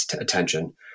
attention